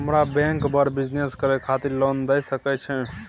हमरा बैंक बर बिजनेस करे खातिर लोन दय सके छै?